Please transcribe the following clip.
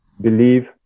believe